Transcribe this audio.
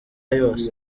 yose